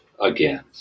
Again